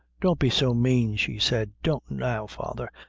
don't be so mane, she said don't now, father,